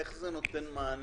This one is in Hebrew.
איך ה-30 יום נותנים מענה?